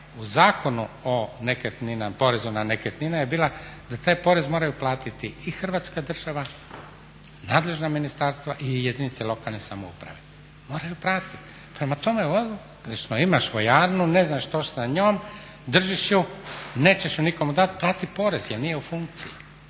u Zakonu o porezu na nekretnine je bila da taj porez moraju platiti i Hrvatska država, nadležna ministarstvo i jedinice lokalne samouprave. Moraju platit. Prema tome …, imaš vojarnu, ne znaš što ćeš sa njom, držim ju, nećeš ju nikom dat, plati porez jer nije u funkciji.